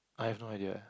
I have no idea eh